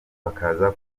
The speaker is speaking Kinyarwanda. bakaza